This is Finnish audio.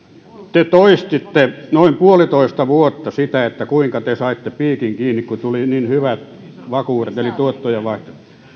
te toistitte noin puolitoista vuotta sitä kuinka te saitte piikin kiinni kun tuli niin hyvät vakuudet eli tuottojen vaihto